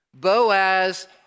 Boaz